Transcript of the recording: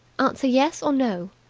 answer yes or no.